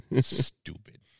Stupid